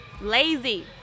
Lazy